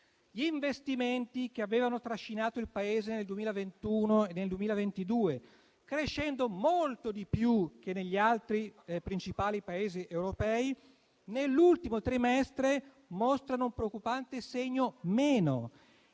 Gli investimenti che avevano trascinato il Paese nel 2021 e nel 2022, crescendo molto di più che negli altri principali Paesi europei, nell'ultimo trimestre mostrano un preoccupante segno meno